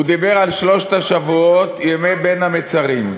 הוא דיבר על שלושת השבועות, ימי בין המצרים.